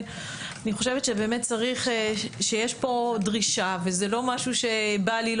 אני חושבת שבאמת צריך שיש פה דרישה וזה לא משהו שבא לי,